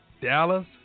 Dallas